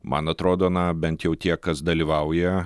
man atrodo na bent jau tie kas dalyvauja